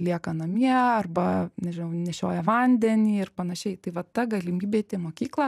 lieka namie arba nežinau nešioja vandenį ir panašiai tai vat ta galimybė eiti į mokyklą